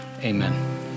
amen